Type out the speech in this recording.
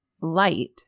light